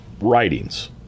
writings